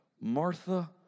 Martha